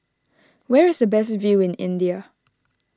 where is the best view in India